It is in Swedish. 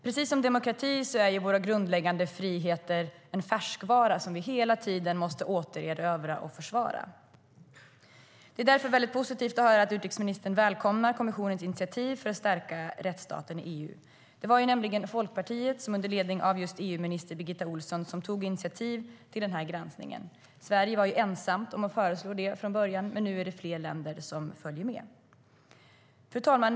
Precis som demokrati är våra grundläggande friheter en färskvara som vi hela tiden måste återerövra och försvara. Det är därför mycket positivt att höra att utrikesministern välkomnar kommissionens initiativ för att stärka rättsstaten i EU. Det var nämligen Folkpartiet som under ledning av just EU-minister Birgitta Ohlsson tog initiativ till den här granskningen. Sverige var ensamt om att föreslå det från början, men nu är det fler länder som följer efter. Fru talman!